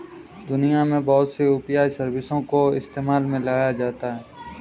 दुनिया में बहुत सी यू.पी.आई सर्विसों को इस्तेमाल में लाया जाता है